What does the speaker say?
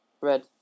Red